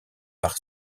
par